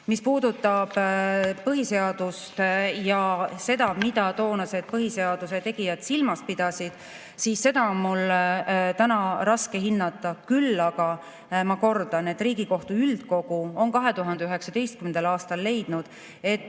Mis puudutab põhiseadust ja seda, mida toonased põhiseaduse tegijad silmas pidasid, siis seda on mul täna raske hinnata. Küll aga ma kordan, et Riigikohtu üldkogu on 2019. aastal leidnud, et